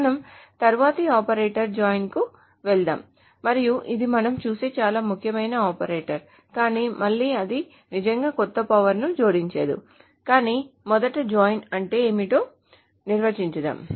మనం తరువాతి operator join కి వెళ్దాం మరియు ఇది మనం చూసే చాలా ముఖ్యమైన ఆపరేటర్ కానీ మళ్ళీ అది నిజంగా కొత్త పవర్ ని జోడించదు కాని మొదట జాయిన్ అంటే ఏమిటో నిర్వచించుదాం